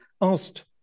asked